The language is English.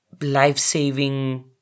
life-saving